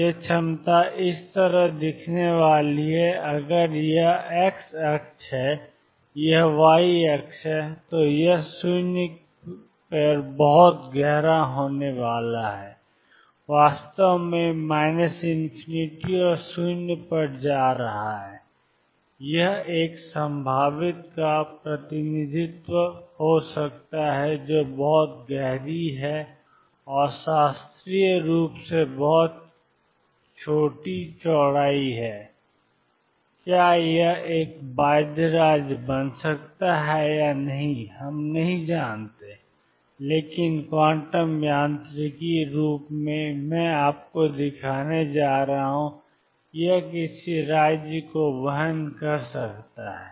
यह क्षमता इस तरह दिखने वाली है अगर यह x अक्ष है यह y अक्ष है तो यह 0 पर बहुत गहरा होने वाला है वास्तव में ∞ और 0 पर जा रहा है और यह एक संभावित का प्रतिनिधित्व हो सकता है जो बहुत गहरी है और शास्त्रीय रूप से बहुत छोटी चौड़ाई है कि क्या यह एक बाध्य राज्य बन सकता है या नहीं हम नहीं जानते लेकिन क्वांटम यांत्रिक रूप से मैं आपको दिखाने जा रहा हूं कि यह किसी राज्य को वहन कर सकता है